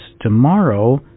tomorrow